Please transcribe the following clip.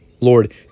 Lord